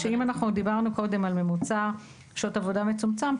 אם דיברנו קודם על ממוצע שעות עבודה מצומצם,